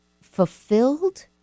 fulfilled